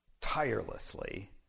tirelessly